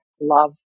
love